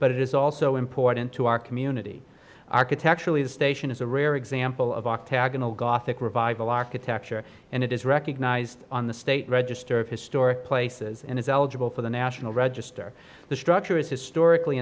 but it is also important to our community architecturally the station is a rare example of octagonal gothic revival architecture and it is recognised on the state register of historic places and is eligible for the national register the structure is historically